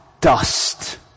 dust